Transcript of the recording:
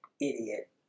Idiot